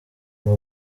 ngo